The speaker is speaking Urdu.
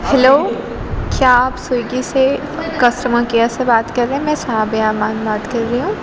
ہیلو کیا آپ سویگی سے کسٹمر کیئر سے بات کر رہے ہیں میں صابیہ امان بات کر رہی ہوں